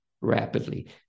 rapidly